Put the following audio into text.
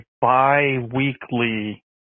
bi-weekly